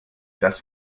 das